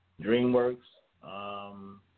DreamWorks